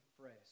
phrase